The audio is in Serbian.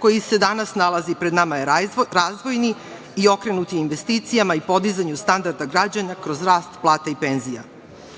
koji se danas nalazi pred nama je razvojni i okrenut investicijama i podizanju standarda građana kroz rast plata i penzija. Kao